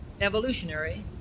evolutionary